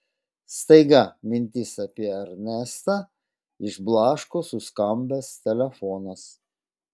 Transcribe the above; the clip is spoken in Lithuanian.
staiga mintis apie ernestą išblaško suskambęs telefonas